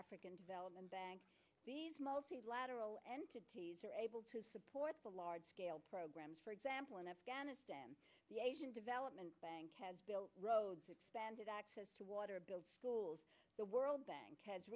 african development bank these multilateral entities are able to support the large scale program for example in afghanistan the asian development bank has expanded access to water build schools the world bank has